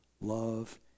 love